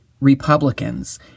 republicans